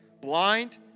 blind